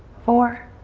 four,